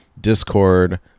discord